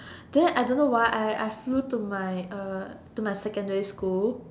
then I don't why I I flew to my uh to my secondary school